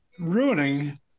ruining